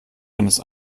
eines